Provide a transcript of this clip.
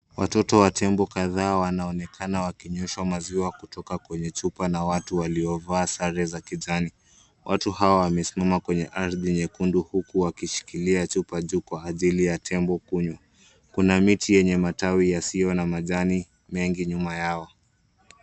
Watoto wa tembo kadhaa wanaonekana wakinyweshwa maziwa kutoka kwenye chupa na watu waliovaa sare za kijani. Watu hawa wamesima kwenye ardhi nyekundu huku wakishikilia chupa juu kwa ajili ya tembo kunywa. Kuna miti yenye matawi yasiyo na majani mengi nyuma yao.